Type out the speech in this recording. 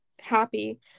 happy